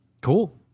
Cool